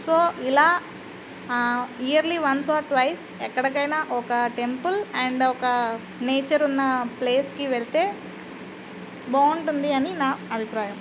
so ఇలా yearly once or twice ఎక్కడికైనా ఒక టెంపుల్ అండ్ ఒక నేచర్ ఉన్నప్లేస్కి వెళ్తే బాగుంటుంది అని నా అభిప్రాయం